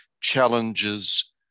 challenges